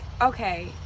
okay